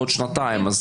בעוד שנתיים,